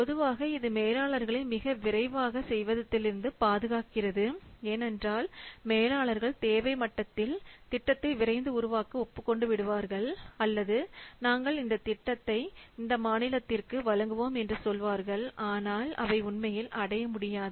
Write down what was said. பொதுவாக இது மேலாளர்களை மிக விரைவாக செய்வதிலிருந்து பாதுகாக்கிறது ஏனெனில் மேலாளர்கள் தேவை மட்டத்தில் திட்டத்தை விரைந்து உருவாக்க ஓப்புக்கொண்டு விடுவார்கள் அல்லது நாங்கள் திட்டத்தை இந்த மாநிலத்திற்கு வழங்குவோம் என்று சொல்வார்கள் ஆனால் அவை உண்மையில் அடைய முடியாது